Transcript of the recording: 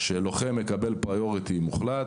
כשלוחם מקבל עדיפות מוחלטת,